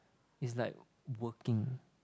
is like working